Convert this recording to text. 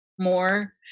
more